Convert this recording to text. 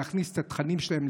להכניס את התכנים שלהם,